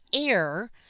air